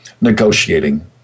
negotiating